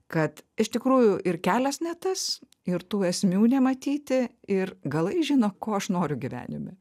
kad iš tikrųjų ir kelias ne tas ir tų esmių nematyti ir galai žino ko aš noriu gyvenime